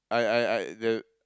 I I I there